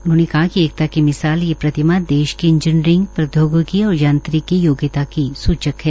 उन्होंने कहा कि एकता की मिसाल ये प्रतिमा देश की इंजीनियरिंग प्रौद्योगिकी और यांत्रिकी योग्यता की सूचक है